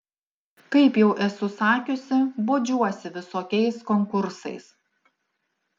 kaip jau esu sakiusi bodžiuosi visokiais konkursais